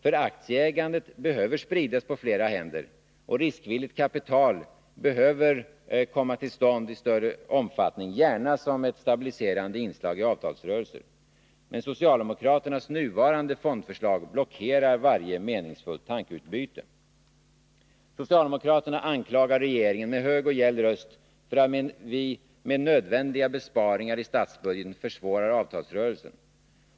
För aktieägandet behöver spridas på fler händer, och riskvilligt kapital behöver komma till stånd i större omfattning, gärna som ett stabiliserande inslag i avtalsrörelser. Men socialdemokraternas nuvarande fondförslag blockerar varje meningsfullt tankeutbyte. Socialdemokraterna anklagar regeringen med hög och gäll röst för att vi med nödvändiga besparingar i statsbudgeten försvårar avtalsrörelsen.